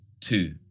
two